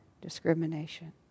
discrimination